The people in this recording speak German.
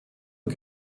und